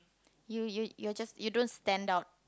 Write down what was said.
you you you're just you don't stand out